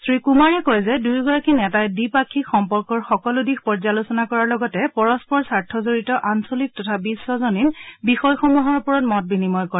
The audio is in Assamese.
শ্ৰীকুমাৰে কয় যে দুয়োগৰাকী নেতাই দ্বিপাক্ষিক সম্পৰ্কৰ সকলো দিশ পৰ্য্যালোচনা কৰাৰ লগতে পৰম্পৰ স্বাৰ্থজড়িত আঞ্চলিক তথা বিশ্বজনীন বিষয়সমূহৰ ওপৰত মত বিনিময় কৰে